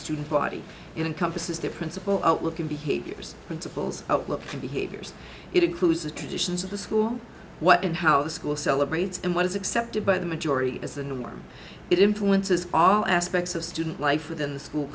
student body encompasses their principal outlook and behaviors principals outlook for behaviors it includes the traditions of the school what and how the school celebrates and what is accepted by the majority as the norm it influences all aspects of student life within the school